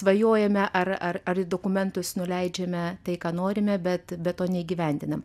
svajojame ar ar ar dokumentus nuleidžiame tai ką norime bet be to neįgyvendinam